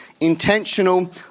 intentional